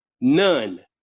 None